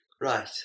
Right